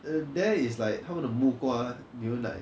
and there is like 他们 the 木瓜牛奶